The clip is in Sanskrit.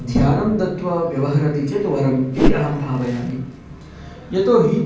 ध्यानं दत्वा व्यवहरति चेत् वरम् इति अहं भावयामि यतोहि